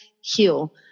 heal